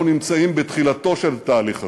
אנחנו נמצאים בתחילתו של התהליך הזה,